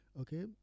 okay